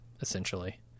essentially